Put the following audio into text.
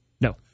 No